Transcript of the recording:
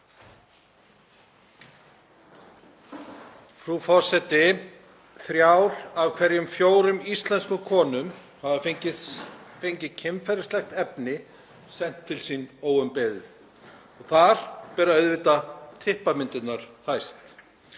Frú forseti. Þrjár af hverjum fjórum íslenskum konum hafa fengið kynferðislegt efni sent til sín óumbeðið og þar ber auðvitað typpamyndirnar hæst.